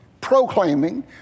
proclaiming